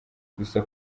gusa